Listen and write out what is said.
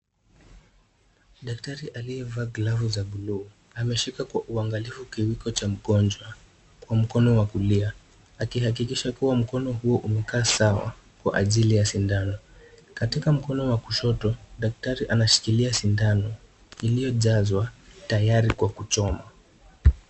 Daktari aliyevaa glavu za bluu ameshika kwa uangalivu kiwiko cha mgonjwa kwa mkono wa kulia. Akihakikisha kua mkono huu umekaa sawa kwa ajili ya sindano. Katika mkono wa kushoto, daktari anashikilia sindano iliyojazwa tayari kwa kuchoma.